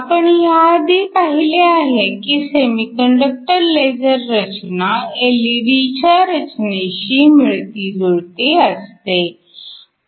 आपण ह्या आधी पाहिले आहे की सेमीकंडक्टर लेझर रचना एलईडीच्या रचनेशी मिळतीजुळती असते